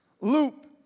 loop